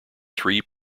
three